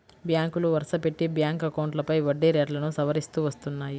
బ్యాంకులు వరుసపెట్టి బ్యాంక్ అకౌంట్లపై వడ్డీ రేట్లను సవరిస్తూ వస్తున్నాయి